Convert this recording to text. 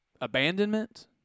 abandonment